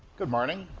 good morning.